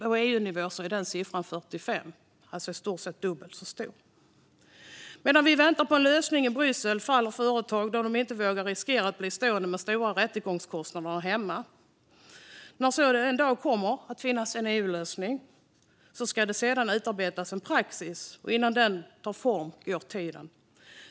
På EU-nivå är den siffran 45 procent - den är alltså i stort sett dubbelt så stor. Medan vi väntar på en lösning i Bryssel faller företag då de inte vågar riskera att bli stående med stora rättegångskostnader hemma. När det en dag finns en EU-lösning ska det sedan utarbetas en praxis, och innan den tar form går tiden.